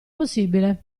possibile